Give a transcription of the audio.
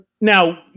now